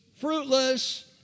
fruitless